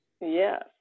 Yes